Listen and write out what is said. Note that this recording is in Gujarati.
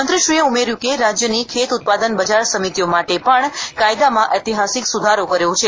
મંત્રીશ્રીએ ઉમેર્યું કે રાજ્યની ખેત ઉત્પાદન બજાર સમિતિઓ માટે પણ કાયદામાં ઐતિહાસિક સુધારો કર્યો છે